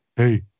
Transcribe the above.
Hey